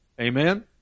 amen